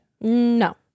No